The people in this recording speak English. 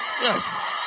Yes